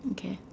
okay